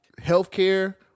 healthcare